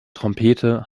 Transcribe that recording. trompete